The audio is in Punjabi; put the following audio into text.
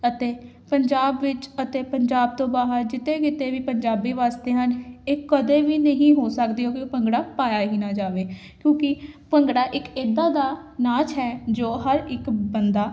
ਅਤੇ ਪੰਜਾਬ ਵਿੱਚ ਅਤੇ ਪੰਜਾਬ ਤੋਂ ਬਾਹਰ ਜਿੱਥੇ ਕਿਤੇ ਵੀ ਪੰਜਾਬੀ ਵਸਦੇ ਹਨ ਇਹ ਕਦੇ ਵੀ ਨਹੀਂ ਹੋ ਸਕਦੇ ਕਿਉਂਕਿ ਭੰਗੜਾ ਪਾਇਆ ਹੀ ਨਾ ਜਾਵੇ ਕਿਉਂਕਿ ਭੰਗੜਾ ਇੱਕ ਇੱਦਾਂ ਦਾ ਨਾਚ ਹੈ ਜੋ ਹਰ ਇੱਕ ਬੰਦਾ